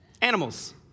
animals